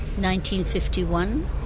1951